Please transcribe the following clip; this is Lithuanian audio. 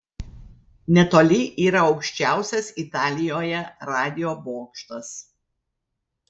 netoli yra aukščiausias italijoje radijo bokštas